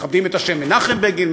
מכבדים את השם מנחם בגין,